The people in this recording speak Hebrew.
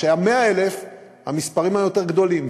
כשהיה 100,000, המספרים היו יותר גדולים.